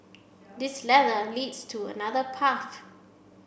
this ladder leads to another path